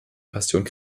passion